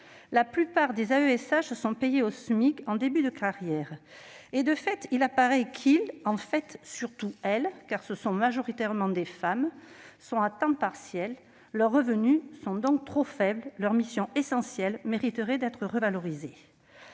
La plupart des AESH sont payés au SMIC en début de carrière et, de fait, il apparaît qu'ils- et surtout elles, car ce sont majoritairement des femmes -sont à temps partiel. Leurs revenus sont donc trop faibles. Leur mission essentielle mériterait d'être revalorisée.